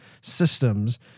systems